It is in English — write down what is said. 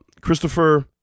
Christopher